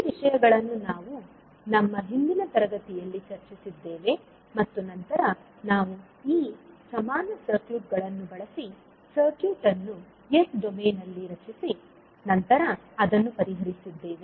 ಈ ವಿಷಯಗಳನ್ನು ನಾವು ನಮ್ಮ ಹಿಂದಿನ ತರಗತಿಯಲ್ಲಿ ಚರ್ಚಿಸಿದ್ದೇವೆ ಮತ್ತು ನಂತರ ನಾವು ಈ ಸಮಾನ ಸರ್ಕ್ಯೂಟ್ ಗಳನ್ನು ಬಳಸಿ ಸರ್ಕ್ಯೂಟ್ ಅನ್ನು ಎಸ್ ಡೊಮೇನ್ ನಲ್ಲಿ ರಚಿಸಿ ನಂತರ ಅದನ್ನು ಪರಿಹರಿಸಿದ್ದೇವೆ